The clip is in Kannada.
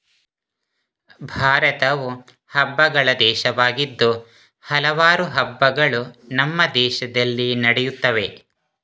ಭಾರತವು ಹಬ್ಬಗಳ ದೇಶವಾಗಿದ್ದು ಹಲವಾರು ಹಬ್ಬಗಳು ನಮ್ಮ ದೇಶದಲ್ಲಿ ನಡೆಯುತ್ತವೆ